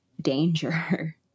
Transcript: danger